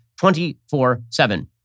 24-7